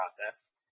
process